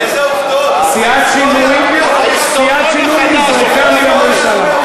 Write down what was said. איזה עובדות, סיעת שינוי נזרקה מהממשלה.